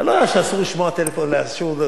אתה לא יודע שאסור לדבר בטלפון במליאה?